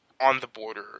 on-the-border